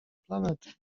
planety